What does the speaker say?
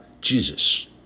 Jesus